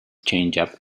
changeup